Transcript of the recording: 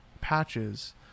patches